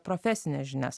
profesines žinias